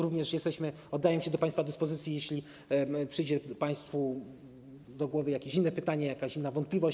Również jesteśmy, oddajemy się do państwa dyspozycji, jeśli przyjdzie państwu do głowy jakieś inne pytanie, jakaś inna wątpliwość.